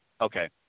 Okay